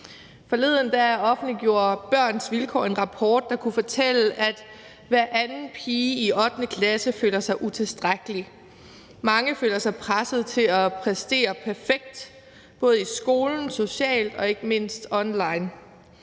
Forleden offentliggjorde Børns Vilkår en rapport, der kunne fortælle, at hver anden pige i 8. klasse føler sig utilstrækkelig. Mange føler sig presset til at præstere perfekt, både i skolen og socialt og ikke mindst online.